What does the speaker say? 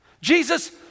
Jesus